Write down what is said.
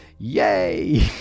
Yay